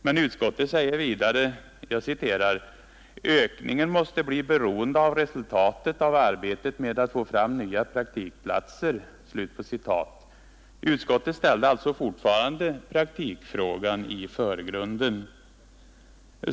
Men utskottet tillfogade: ”Ökningen måste bli beroende av resultatet av arbetet med att få fram nya praktikplatser.” Utskottet ställde alltså praktikfrågan i förgrunden.